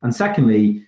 and secondly,